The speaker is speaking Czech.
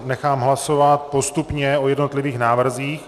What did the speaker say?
Nechám hlasovat postupně o jednotlivých návrzích.